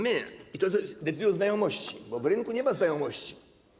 My, i to decydują znajomości, bo w rynku nie ma znajomości.